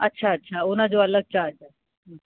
अच्छा अच्छा हुनजो अलॻि चार्ज